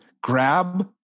Grab